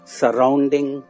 surrounding